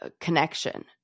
connection